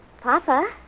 Papa